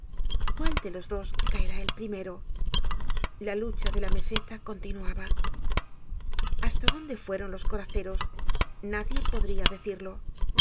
cuál de los dos caerá el primero la lucha de la meseta continuaba hasta dónde fueron los coraceros nadie podria decirlo